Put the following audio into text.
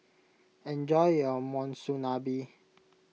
enjoy your Monsunabe